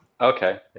Okay